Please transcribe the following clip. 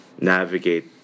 navigate